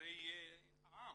נבחרי העם,